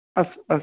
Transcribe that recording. अस्तु अस्तु